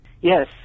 Yes